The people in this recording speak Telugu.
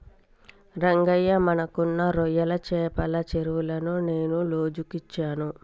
రంగయ్య మనకున్న రొయ్యల చెపల చెరువులను నేను లోజుకు ఇచ్చాను